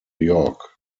york